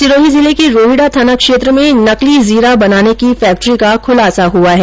सिरोही जिले के रोहिडा थाना क्षेत्र में नकली जीरा बनाने की फैक्ट्री का खुलासा हुआ है